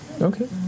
Okay